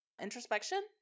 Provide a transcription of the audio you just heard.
introspection